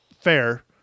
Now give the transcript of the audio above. fair